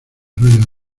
rollo